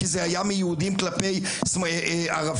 כי זה היה מיהודים כלפי ערבים,